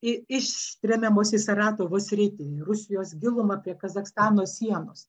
ištremiamos į saratovo sritį į rusijos gilumą prie kazachstano sienos